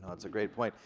that's a great point.